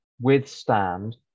withstand